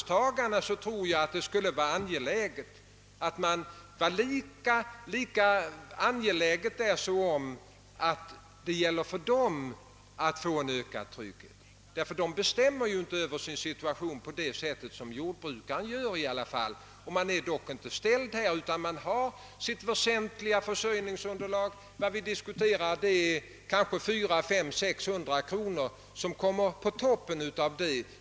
Inte minst tror jag att det beträffande arbetstagarna skulle vara angeläget att skapa en ökad trygghet. De bestämmer inte över sin situation på samma sätt som jordbrukaren gör; han har dock med eller utan småbruksstöd sitt väsentliga försörjningsunderlag tryggat. Vad vi här diskuterar är ett bidrag på kanske 400, 500 eller 600 kronor, som kommer att ligga på toppen.